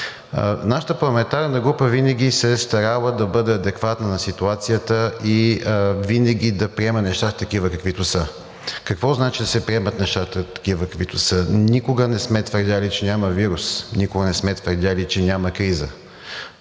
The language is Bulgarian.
Нашата парламентарна група винаги се е старала да бъде адекватна на ситуацията и винаги да приема нещата такива, каквито са. Какво значи да се приемат нещата такива, каквито са? Никога не сме твърдели, че няма вирус, никога не сме твърдели, че няма криза.